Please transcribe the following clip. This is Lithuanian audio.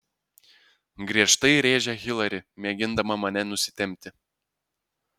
griežtai rėžia hilari mėgindama mane nusitempti